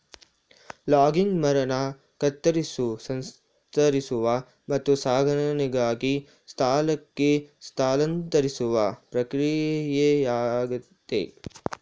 logging ಮರನ ಕತ್ತರಿಸೋ ಸಂಸ್ಕರಿಸುವ ಮತ್ತು ಸಾಗಣೆಗಾಗಿ ಸ್ಥಳಕ್ಕೆ ಸ್ಥಳಾಂತರಿಸುವ ಪ್ರಕ್ರಿಯೆಯಾಗಯ್ತೆ